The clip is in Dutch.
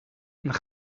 een